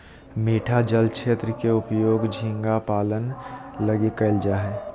मीठा जल क्षेत्र के उपयोग झींगा पालन लगी कइल जा हइ